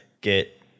get